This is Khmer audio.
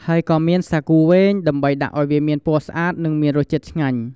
ហើយក៏មាន សាគូវែង ដើម្បីដាក់អោយវាមានពណ៌ស្អាត និងមានរសជាតិឆ្ងាញ់។